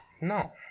No